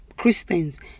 Christians